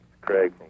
Craig